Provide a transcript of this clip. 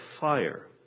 fire